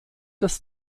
des